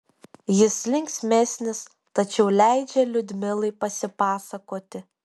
jis linksmesnis tačiau leidžia liudmilai pasipasakoti